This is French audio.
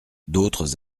d’autres